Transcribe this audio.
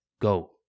go